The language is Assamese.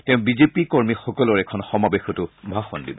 তেওঁ বিজেপি কৰ্মীসকলৰ এখন সমাৱেশতো ভাষণ দিব